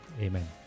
Amen